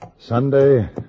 Sunday